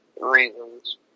Reasons